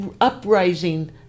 uprising